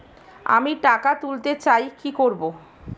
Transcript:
আমি টাকা তুলতে চাই কি করব?